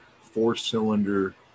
four-cylinder